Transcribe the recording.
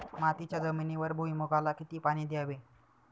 मातीच्या जमिनीवर भुईमूगाला किती पाणी द्यावे?